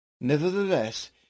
Nevertheless